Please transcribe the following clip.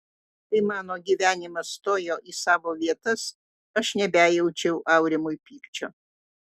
kai mano gyvenimas stojo į savo vietas aš nebejaučiau aurimui pykčio